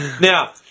Now